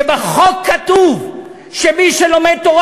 שבחוק כתוב שמי שלומד תורה,